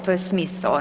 To je smisao.